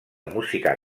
música